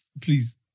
Please